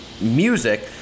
music